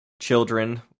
children